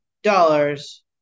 dollars